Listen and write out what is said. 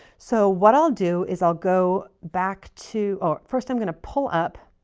so, what i'll do is i'll go back to. first, i'm going to pull up